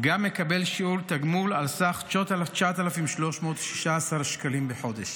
גם מקבל שיעור תגמול על סך 9,316 שקלים לחודש.